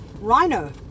Rhino